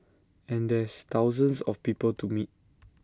and there's thousands of people to meet